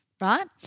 Right